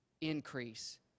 increase